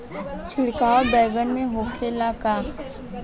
छिड़काव बैगन में होखे ला का?